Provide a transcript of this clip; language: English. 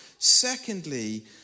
secondly